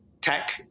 tech